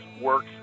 works